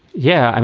yeah. i